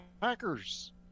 packers